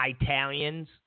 Italians